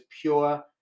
pure